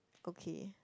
okay